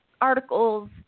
articles